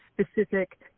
specific –